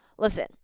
Listen